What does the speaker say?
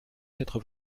quatre